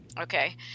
Okay